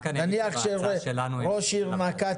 נניח שראש עיר נקט